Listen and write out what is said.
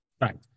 Right